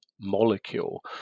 molecule